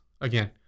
Again